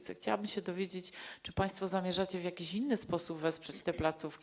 Chciałabym się dowiedzieć, czy państwo zamierzacie w jakiś inny sposób wesprzeć te placówki.